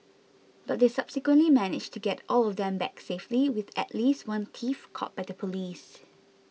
but they subsequently managed to get all of them back safely with at least one thief caught by the police